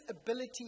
ability